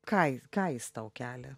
ką jis ką jis tau kelia